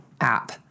app